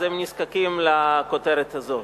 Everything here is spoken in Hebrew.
אז הם נזקקים לכותרת הזאת.